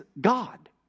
God